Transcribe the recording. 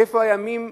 איפה הימים,